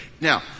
Now